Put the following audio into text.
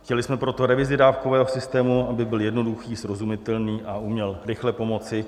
Chtěli jsme proto revizi dávkového systému, aby byl jednoduchý, srozumitelný a uměl rychle pomoci.